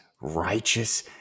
righteous